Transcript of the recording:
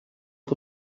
the